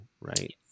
right